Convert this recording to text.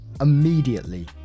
immediately